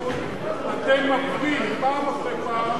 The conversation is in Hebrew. אתם מפלים פעם אחרי פעם.